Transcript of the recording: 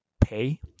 pay